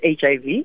HIV